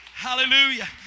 Hallelujah